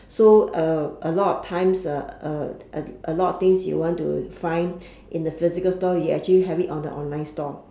so uh a lot of times uh uh uh a lot of things you want to find in the physical store you actually have it on the online store